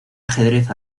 ajedrez